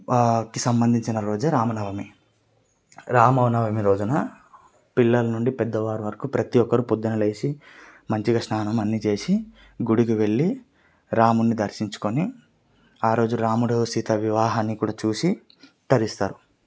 సంబంధించిన రోజే రామనవమి రామనవమి రోజున పిల్లల నుండి పెద్దవారు వరకు ప్రతి ఒక్కరు పొద్దున లేచి మంచిగా స్నానం అన్నీ చేసి గుడికి వెళ్ళి రామున్ని దర్శించుకుని ఆరోజు రాముడు సీత వివాహాన్ని కూడా చూసి తరిస్తారు